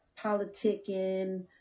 politicking